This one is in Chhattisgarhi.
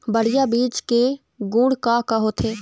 बढ़िया बीज के गुण का का होथे?